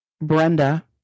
Brenda